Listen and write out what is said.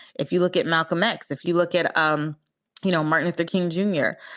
if you look at malcolm x, if you look at um you know martin luther king junior,